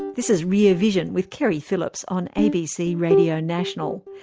this is rear vision with keri phillips on abc radio national.